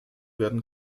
werden